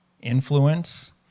influence